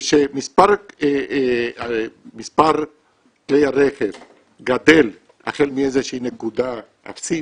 כשמספר כלי הרכב גדל החל מאיזה שהיא נקודה אפסית,